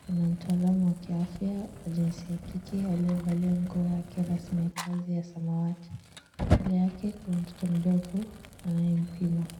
Kuna mtaalamu wa kiafya wa jinsia kike aliyevalia nguo yake rasmi ya kazi ya samawati. Mbele yake kuna mtoto mdogo anayempima.